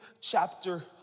chapter